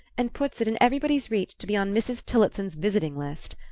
and puts it in everybody's reach to be on mrs. tillotson's visiting-list.